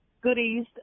goodies